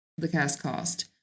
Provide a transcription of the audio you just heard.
thecastcost